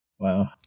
Wow